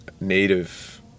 native